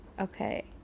Okay